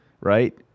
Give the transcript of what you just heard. right